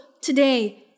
today